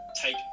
take